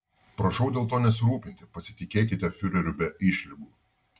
prašau dėl to nesirūpinti pasitikėkite fiureriu be išlygų